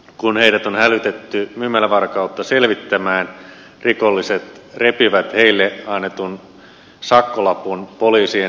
kun heidät on hälytetty myymälävarkautta selvittämään rikolliset repivät heille annetun sakkolapun poliisien silmien edessä